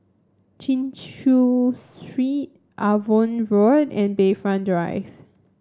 Chin Chew Street Avon Road and Bayfront Drive